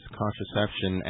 contraception